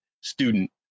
student